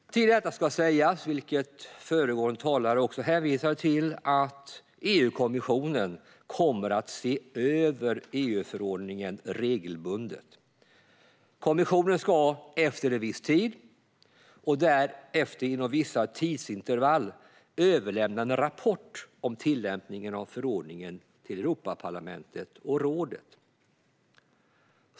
Till detta ska sägas, vilket också föregående talare hänvisade till, att EU-kommissionen kommer att se över EU-förordningen regelbundet. Kommissionen ska efter en viss tid, och därefter inom vissa tidsintervall, överlämna en rapport om tillämpningen av förordningen till Europaparlamentet och rådet.